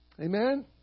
Amen